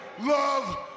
love